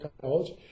college